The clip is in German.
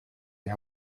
die